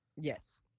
yes